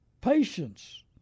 Patience